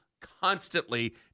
constantly